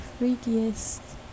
freakiest